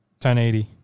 1080